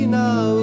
now